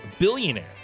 billionaire